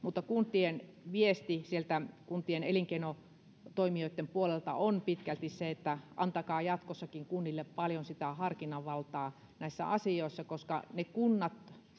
kuntien viesti sieltä kuntien elinkeinotoimijoitten puolelta on pitkälti se että antakaa jatkossakin kunnille paljon sitä harkinnanvaltaa näissä asioissa koska ne kunnat